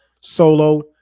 solo